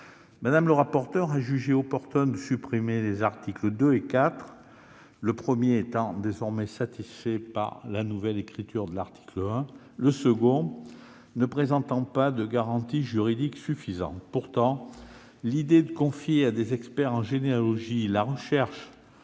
Mme le rapporteur a jugé opportun de supprimer les articles 2 et 4, l'article 2 étant désormais satisfait par la nouvelle écriture de l'article 1, l'article 4 ne présentant pas de garanties juridiques suffisantes. Pourtant, l'idée de confier à des experts en généalogie la recherche